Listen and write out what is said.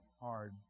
Hard